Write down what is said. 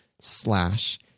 slash